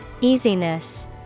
Easiness